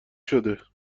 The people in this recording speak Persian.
شده